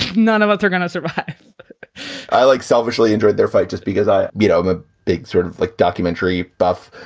none of us are going to sit by, like, selfishly enjoyed their fight just because i you know i'm a big sort of like documentary buff.